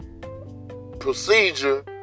procedure